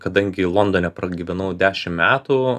kadangi londone pragyvenau dešim metų